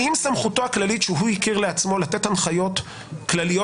האם סמכותו הכללית שהוא הכיר לעצמו לתת הנחיות כלליות